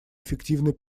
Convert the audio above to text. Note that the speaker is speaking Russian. эффективной